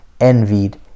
envied